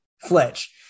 fletch